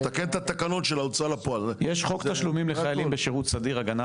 כאלו שהקשר עם הוריהם הוא כמעט ולא קיים מכל סיבה